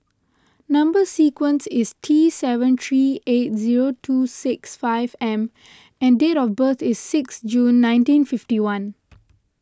Number Sequence is T seven three eight zero two six five M and date of birth is six June nineteen fifty one